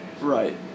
Right